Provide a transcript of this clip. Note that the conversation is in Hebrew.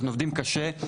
אנחנו עובדים קשה,